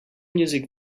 music